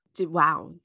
Wow